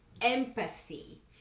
empathy